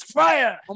fire